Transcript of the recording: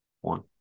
One